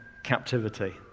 captivity